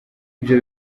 ibyo